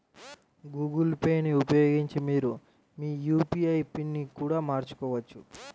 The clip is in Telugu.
గూగుల్ పే ని ఉపయోగించి మీరు మీ యూ.పీ.ఐ పిన్ని కూడా మార్చుకోవచ్చు